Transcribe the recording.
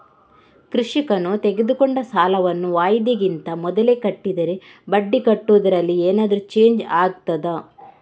ಕೃಷಿಕನು ತೆಗೆದುಕೊಂಡ ಸಾಲವನ್ನು ವಾಯಿದೆಗಿಂತ ಮೊದಲೇ ಕಟ್ಟಿದರೆ ಬಡ್ಡಿ ಕಟ್ಟುವುದರಲ್ಲಿ ಏನಾದರೂ ಚೇಂಜ್ ಆಗ್ತದಾ?